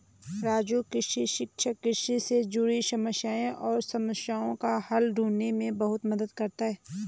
राजू कृषि शिक्षा कृषि से जुड़े समस्याएं और समस्याओं का हल ढूंढने में बहुत मदद करता है